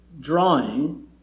drawing